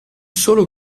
solo